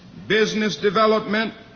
business development,